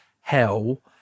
hell